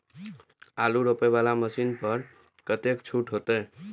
आलू रोपे वाला मशीन पर कतेक छूट होते?